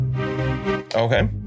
Okay